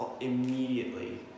immediately